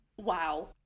wow